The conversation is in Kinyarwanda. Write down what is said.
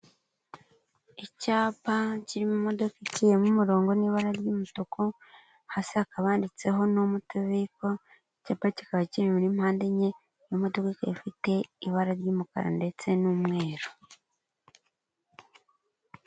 Icyapa kirimo imodoka iciyemo umurongo n'ibara ry'umutuku, hasi hakaba handitseho no moto vehiko, icyapa kikaba kiri muri mpande enye, iyo modoka ikaba ifite ibara ry'umukara ndetse n'umweru.